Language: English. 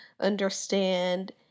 understand